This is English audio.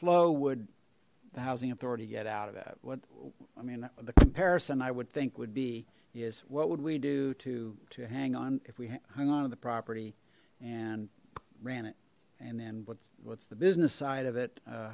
flow would the housing authority get out of that what i mean the comparison i would think would be is what would we do to to hang on if we hang on to the property and ran it and then what's what's the business side of it